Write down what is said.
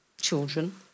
children